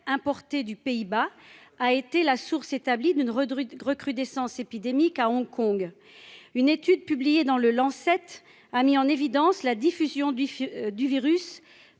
importer du Pays-Bas a été la source établi d'une Rodrigue recrudescence épidémique à Hong-Kong, une étude publiée dans le lent cette a mis en évidence la diffusion du du virus